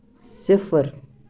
صِفر